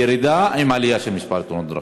ירידה עם עלייה במספר תאונות הדרכים.